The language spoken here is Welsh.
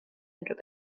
unrhyw